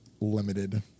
Limited